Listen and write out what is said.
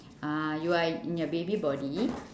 uh you are in in your baby body